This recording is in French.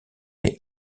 est